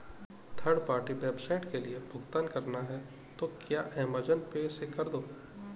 third party website के लिए भुगतान करना है तो क्या अमेज़न पे से कर दो